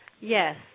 Yes